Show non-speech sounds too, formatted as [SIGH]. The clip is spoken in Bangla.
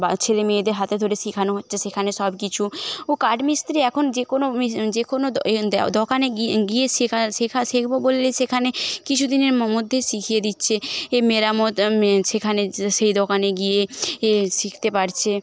ছেলেমেয়েদের হাতে ধরে শেখানো হচ্ছে সেখানে সব কিছু ও কাঠমিস্ত্রী এখন যেকোনো [UNINTELLIGIBLE] যেকোনো [UNINTELLIGIBLE] দ দোকানে গিয়ে গিয়ে শেখা শেখা শেখাবো বললে সেখানে কিছুদিনের ম মধ্যে শিখিয়ে দিচ্ছে এই মেরামত [UNINTELLIGIBLE] সেখানে সেই দোকানে গিয়ে শিখতে পারছে